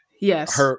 Yes